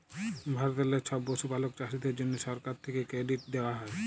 ভারতেললে ছব পশুপালক চাষীদের জ্যনহে সরকার থ্যাকে কেরডিট দেওয়া হ্যয়